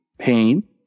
pain